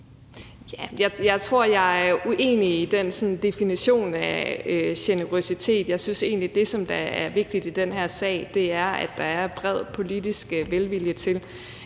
Jeg tror, jeg er uenig i den definition af generøsitet. Jeg synes egentlig, at det, som er vigtigt i den her sag, er, at der er bred politisk velvilje til,